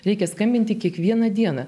reikia skambinti kiekvieną dieną